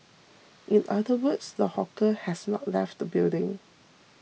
in other words the hawker has not left the building